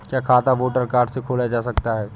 क्या खाता voter card से खोला जा सकता है?